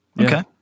Okay